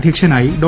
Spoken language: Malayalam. അധ്യക്ഷനായി ഡോ